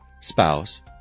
spouse